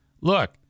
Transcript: look